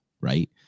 right